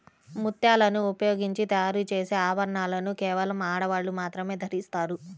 ముత్యాలను ఉపయోగించి తయారు చేసే ఆభరణాలను కేవలం ఆడవాళ్ళు మాత్రమే ధరిస్తారు